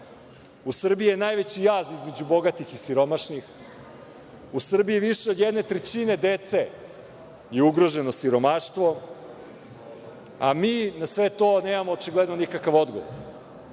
U Srbiji je najveći jaz između bogatih i siromašnih. U Srbiji više od jedne trećine dece je ugroženo siromaštvom, a mi na sve to nemamo očigledno nikakav odgovor,